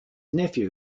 nephew